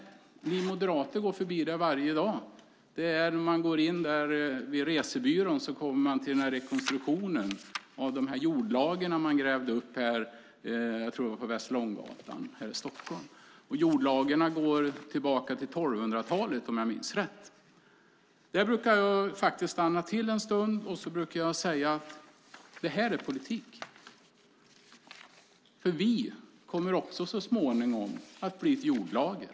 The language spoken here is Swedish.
Ni moderater går förbi där varje dag. Om man går in i gången bredvid resebyrån kommer man till rekonstruktionen av de jordlager man grävde upp på Västerlånggatan i Stockholm. Jordlagren går tillbaka till 1200-talet, om jag minns rätt. Där brukar jag stanna till en stund och säga: Detta är politik. Vi kommer också så småningom att bli ett jordlager.